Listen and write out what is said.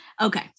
okay